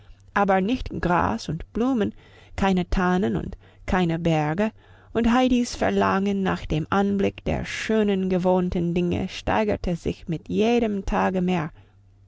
aber nicht gras und blumen keine tannen und keine berge und heidis verlangen nach dem anblick der schönen gewohnten dinge steigerte sich mit jedem tage mehr